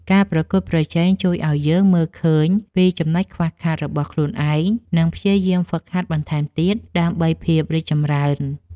ការប្រកួតប្រជែងជួយឱ្យយើងមើលឃើញពីចំណុចខ្វះខាតរបស់ខ្លួនឯង និងព្យាយាមហ្វឹកហាត់បន្ថែមទៀតដើម្បីភាពរីកចម្រើន។